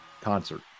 concert